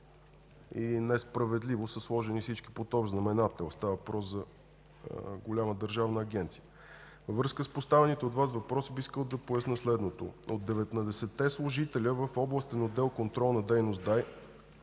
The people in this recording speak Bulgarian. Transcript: и несправедливо са сложени всички под общ знаменател. Става въпрос за голяма държавна агенция. Във връзка с поставените от Вас въпроси бих искал да поясня следното. От 19-те служителя в областен отдел „Контролна дейност“